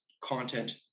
content